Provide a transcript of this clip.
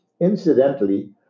Incidentally